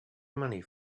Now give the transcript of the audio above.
money